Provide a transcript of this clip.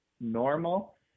normal